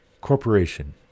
corporation